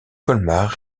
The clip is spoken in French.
colmar